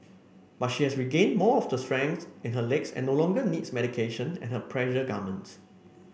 but she has regained more of the strength in her legs and no longer needs medication and her pressure garment